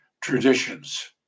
traditions